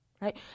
right